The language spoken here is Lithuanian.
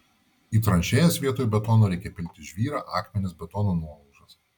į tranšėjas vietoj betono reikia pilti žvyrą akmenis betono nuolaužas